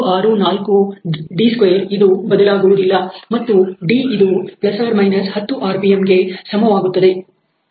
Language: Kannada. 164 d² ಇದು ಬದಲಾಗುವುದಿಲ್ಲ ಮತ್ತು d ಇದು ±10 ಆರ್ ಪಿ ಎಂ ಗೆ ಸಮವಾಗುತ್ತದೆ